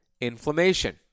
inflammation